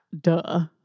Duh